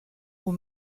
aux